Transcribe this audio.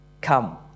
Come